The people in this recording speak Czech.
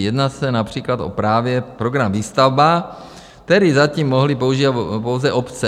Jedná se například o právě program Výstavba, který zatím mohly používat pouze obce.